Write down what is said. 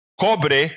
Cobre